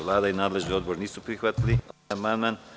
Vlada i nadležni odbor nisu prihvatili ovaj amandman.